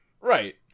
Right